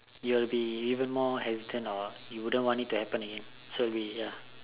you will be even be more hesitant or you wouldn't want it to happen again